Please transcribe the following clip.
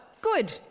good